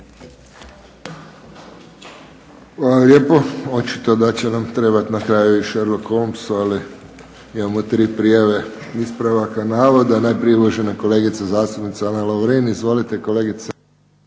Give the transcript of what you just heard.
Hvala lijepo. Očito da će nam trebati na kraju i Sherlock Holmes, ali imamo tri prijave ispravaka navoda. Najprije uvažena kolegica zastupnica Ana Lovrin. Izvolite kolegice.